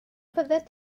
fyddet